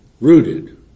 Rooted